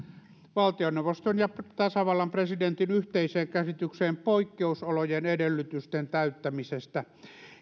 valtioneuvoston ja tasavallan presidentin yhteiseen käsitykseen poikkeusolojen edellytysten täyttämisestä